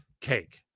Cake